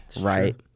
right